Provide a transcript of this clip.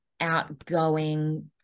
outgoing